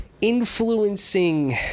influencing